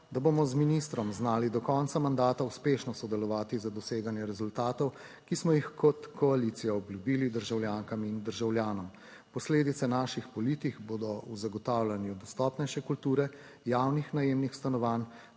da bomo z ministrom znali do konca mandata uspešno sodelovati za doseganje rezultatov, ki smo jih kot koalicija obljubili državljankam in državljanom. Posledice naših politik bodo v zagotavljanju dostopnejše kulture javnih najemnih stanovanj,